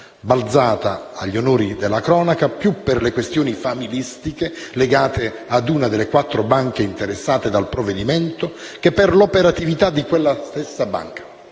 balzato agli onori delle cronache più per le questioni familistiche legate a una delle quattro banche interessate dal provvedimento che per l'operatività di quella stessa banca.